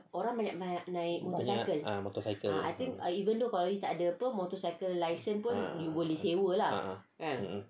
ah ya motorcycle ah ah mm